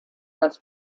das